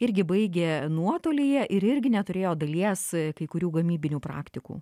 irgi baigė nuotolyje ir irgi neturėjo dalies kai kurių gamybinių praktikų